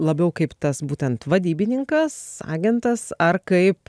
labiau kaip tas būtent vadybininkas agentas ar kaip